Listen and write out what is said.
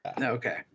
Okay